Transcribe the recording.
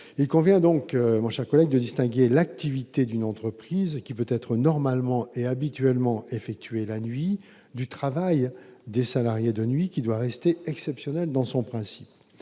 il convient de distinguer l'activité d'une entreprise, qui peut être normalement et habituellement effectuée la nuit, du travail des salariés la nuit, qui doit rester exceptionnel dans son principe.